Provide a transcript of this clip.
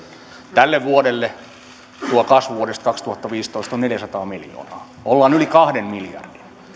tälle vuodelle tuo kasvu vuodesta kaksituhattaviisitoista on neljäsataa miljoonaa ollaan yli kahden miljardin